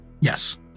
yes